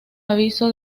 aviso